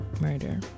murder